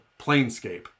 Planescape